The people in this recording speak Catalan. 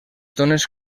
dones